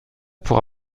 pour